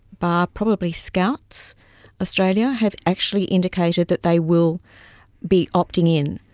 bar probably scouts australia, have actually indicated that they will be opting in.